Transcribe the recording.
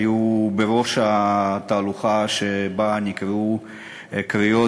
היו בראש התהלוכה שבה נקראו קריאות